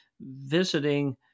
visiting